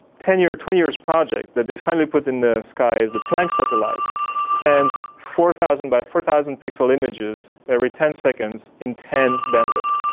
ten year, twenty years projects that they finally put in the skies. the planck satellite sends four thousand by four thousand pixel images every ten seconds in ten bandwidth,